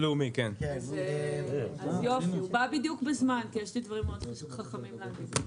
הוא בא בדיוק בזמן כי יש לי דברים מאוד חכמים להגיד.